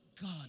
God